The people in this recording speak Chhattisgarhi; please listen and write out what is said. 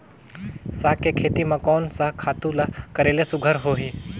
साग के खेती म कोन स खातु ल करेले सुघ्घर होही?